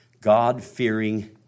God-fearing